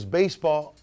baseball